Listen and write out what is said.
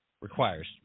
requires